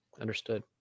understood